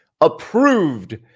approved